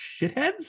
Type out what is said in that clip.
shitheads